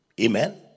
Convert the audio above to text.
Amen